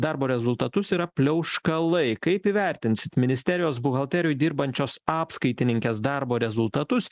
darbo rezultatus yra pliauškalai kaip įvertinsit ministerijos buhalterijoj dirbančios apskaitininkės darbo rezultatus